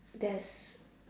that's